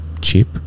cheap